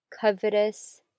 covetous